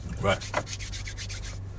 Right